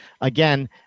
again